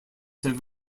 have